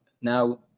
Now